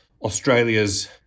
Australia's